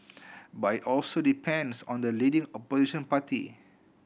but it also depends on the leading Opposition party